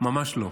ממש לא.